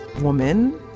woman